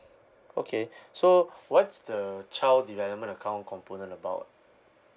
okay so what's the child development account component about